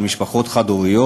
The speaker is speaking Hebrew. של משפחות חד-הוריות,